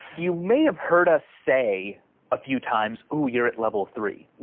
you may have heard us say a few times. oh, you're at level three.